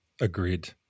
agreed